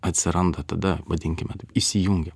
atsiranda tada vadinkime įsijungia